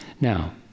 Now